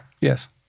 Yes